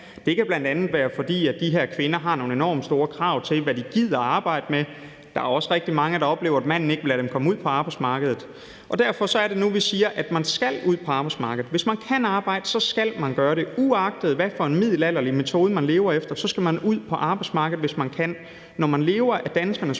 Det kan bl.a. være, fordi de her kvinder har nogle enormt store krav til, hvad de gider at arbejde med. Der er også rigtig mange, der oplever, at manden ikke vil lade dem komme ud på arbejdsmarkedet. Derfor er det, at vi nu siger, at man skal ud på arbejdsmarkedet. Hvis man kan arbejde, skal man gøre det. Uagtet hvad for en middelalderlig metode man lever efter, skal man ud på arbejdsmarkedet, hvis man kan. Når man lever af danskernes